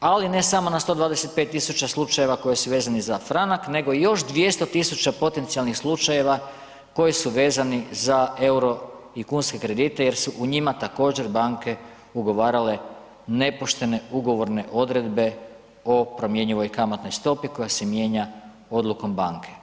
Ali ne samo na 125.000 slučajeva koji su vezani za franak, nego i još 200.000 potencijalnih slučajeva koji su vezani za euro i kunske kredite jer su u njima također banke ugovarale nepoštene ugovorne odredbe o promjenjivoj kamatnoj stopi koja se mijenja odlukom banke.